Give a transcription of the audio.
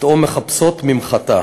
פתאום מחפשות ממחטה".